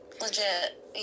legit